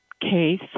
case